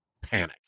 panic